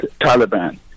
Taliban